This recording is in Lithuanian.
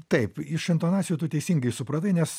taip iš intonacijų tu teisingai supratai nes